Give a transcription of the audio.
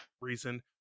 reason